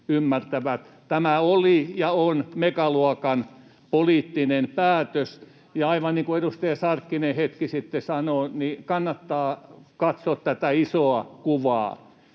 Tämä oli ja on megaluokan poliittinen päätös. Ja aivan niin kuin edustaja Sarkkinen hetki sitten sanoi, kannattaa katsoa tätä isoa kuvaa.